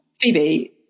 Phoebe